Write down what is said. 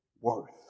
worth